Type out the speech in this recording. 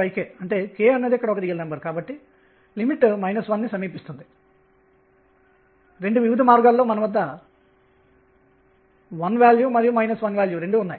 linear గా ఉంటుంది